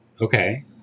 Okay